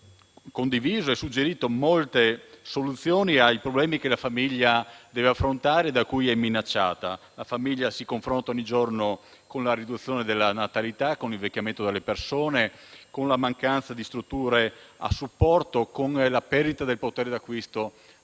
Abbiamo condiviso e suggerito molte soluzioni ai problemi che la famiglia deve affrontare e da cui è minacciata. La famiglia si confronta ogni giorno con la riduzione della natalità, l'invecchiamento delle persone, la mancanza di strutture a supporto e la perdita del potere d'acquisto